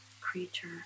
creature